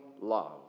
love